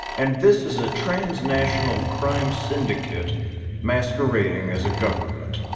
and this is a transnational crime syndicate masquerading as a government.